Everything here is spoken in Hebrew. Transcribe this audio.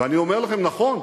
ואני אומר לכם: נכון,